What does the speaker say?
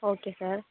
okay sir